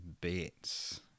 bits